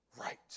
right